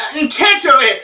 intentionally